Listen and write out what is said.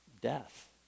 death